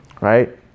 Right